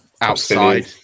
outside